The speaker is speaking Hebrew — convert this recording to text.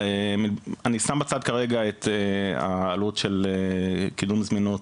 אני שם בצד כרגע את העלות של קידום זמינות